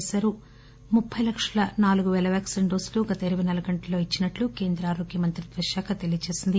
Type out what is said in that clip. పేశారు ముప్పె లక్షల నాలుగు పేల వ్యాక్పిన్ డోసులు గత ఇరపై నాలుగు గంటల్లో ఇచ్చినట్టు కేంద్ర ఆరోగ్య మంత్రిత్వ శాఖ తెలియజేసింది